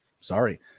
Sorry